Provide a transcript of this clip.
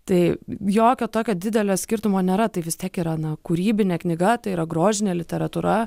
tai jokio tokio didelio skirtumo nėra tai vis tiek yra na kūrybinė knyga tai yra grožinė literatūra